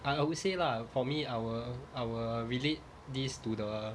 I always say lah for me I will I will relate these to the